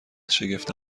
شگفت